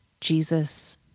Jesus